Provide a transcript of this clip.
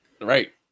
Right